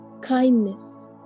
kindness